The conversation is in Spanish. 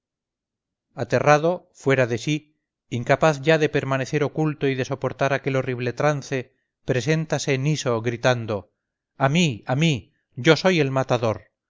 aterrado fuera de sí incapaz ya de permanecer oculto y de soportar aquel horrible trance preséntase niso gritando a mí a mí yo soy el matador